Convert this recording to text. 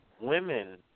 women